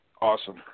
Awesome